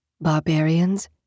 barbarians